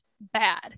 bad